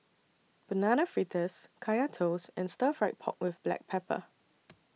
Banana Fritters Kaya Toast and Stir Fried Pork with Black Pepper